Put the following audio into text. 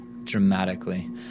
dramatically